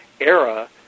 era